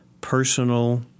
personal